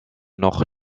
noch